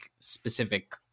specific